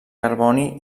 carboni